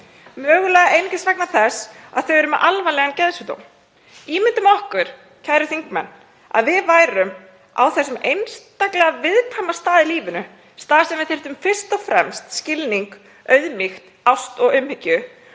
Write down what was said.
mögulega einungis vegna þess að þau eru með alvarlegan geðsjúkdóm. Ímyndum okkur, kæru þingmenn, að við værum á þessum einstaklega viðkvæma stað í lífinu, þar sem við þyrftum fyrst og fremst skilning, auðmýkt, ást og umhyggju,